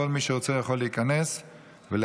כל מי שרוצה יכול להיכנס ולהצביע,